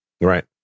Right